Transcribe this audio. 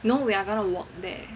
no we are going to walk there